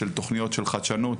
של תוכניות לחדשנות.